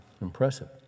impressive